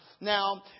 Now